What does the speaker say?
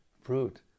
fruit